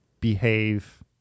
behave